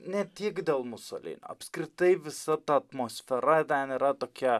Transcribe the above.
ne tik dėl musolinio apskritai visa ta atmosfera ten yra tokia